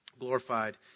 glorified